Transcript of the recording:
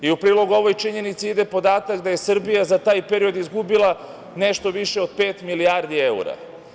U prilog ovoj činjenici ide podatak da je Srbija za taj period izgubila nešto više od pet milijardi evra.